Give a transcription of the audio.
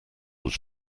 was